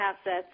assets